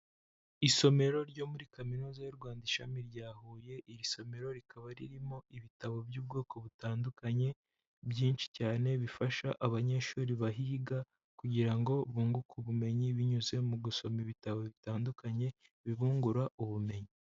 Isomero ryo muri kaminuza y'u Rwanda ishami rya Huye, iri somero rikaba ririmo ibitabo by'ubwoko butandukanye byinshi cyane bifasha abanyeshuri bahiga kugira ngo bunguke ubumenyi binyuze mu gusoma ibitabo bitandukanye bibungura ubumenyi.